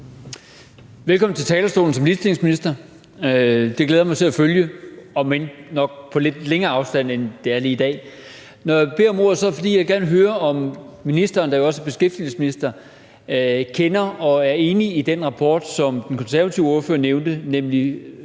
Velkommen på talerstolen som ligestillingsminister. Det glæder jeg mig til at følge, omend nok på lidt længere afstand end lige i dag. Når jeg beder om ordet, er det, fordi jeg gerne vil høre, om ministeren, som jo også er beskæftigelsesminister, kender til og er enig i den rapport, som den konservative ordfører nævnte, nemlig